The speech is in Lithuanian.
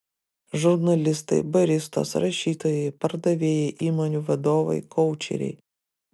žurnalistai baristos rašytojai pardavėjai įmonių vadovai koučeriai